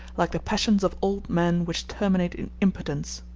like the passions of old men which terminate in impotence.